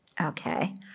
okay